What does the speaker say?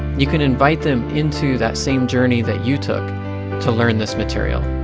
you can invite them into that same journey that you took to learn this material.